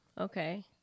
Okay